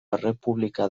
errepublika